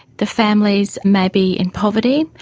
the families may be in poverty,